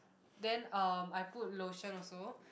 then um I put lotion also